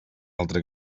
altre